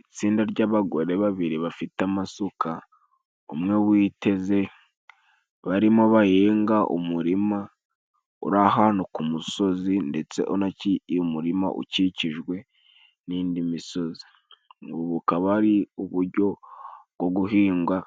Itsinda ry'abagore babiri bafite amasuka umwe witeze barimo bahinga umurima uri ahantu ku musozi, ndetse umurima ukikijwe n'indi misozi ubu bukaba ari uburyo bwo guhinga